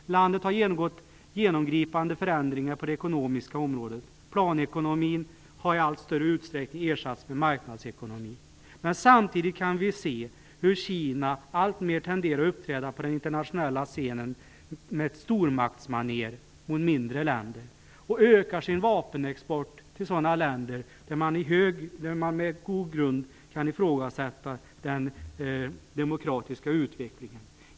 Landet har genomgått genomgripande förändringar på det ekonomiska området. Planekonomin har i allt större utsträckning ersatts med marknadsekonomi. Men samtidigt kan vi se hur Kina alltmer tenderar att uppträda på den internationella scenen med stormaktsmaner mot mindre länder. Man ökar sin vapenexport till sådana länder där man med god grund kan ifrågasätta den demokratiska utvecklingen.